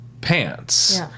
pants